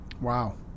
Wow